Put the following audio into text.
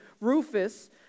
Rufus